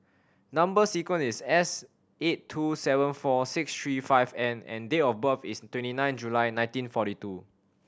number sequence is S eight two seven four six three five N and date of birth is twenty nine July nineteen forty two